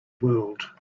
world